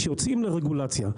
כשיוצאים לרגולציה,